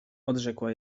odrzekła